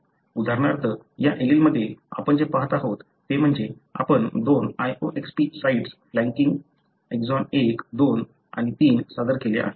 उदाहरणार्थ या एलिलमध्ये आपण जे पाहत आहोत ते म्हणजे आपण दोन loxP साइट्स फ्लॅंकिंग एक्सॉन 1 2 आणि 3 सादर केल्या आहेत